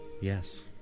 Yes